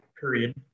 period